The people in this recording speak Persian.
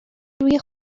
روی